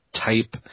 type